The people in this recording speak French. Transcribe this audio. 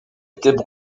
étaient